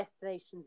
destinations